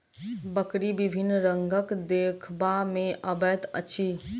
बकरी विभिन्न रंगक देखबा मे अबैत अछि